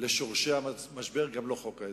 לשורשי המשבר, גם לא חוק ההסדרים.